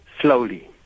slowly